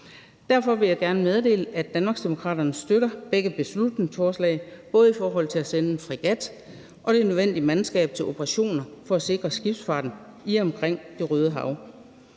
Derfor vil jeg gerne meddele, at Danmarksdemokraterne støtter begge beslutningsforslag, både i forhold til at sende en fregat og det nødvendige mandskab til operationer for at sikre skibsfarten i og omkring Det Røde Hav,